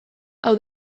hau